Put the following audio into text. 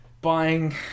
buying